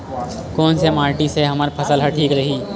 कोन से माटी से हमर फसल ह ठीक रही?